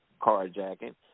carjacking